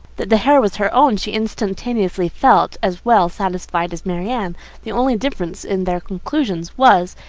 that the hair was her own, she instantaneously felt as well satisfied as marianne the only difference in their conclusions was,